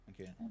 Okay